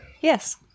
Yes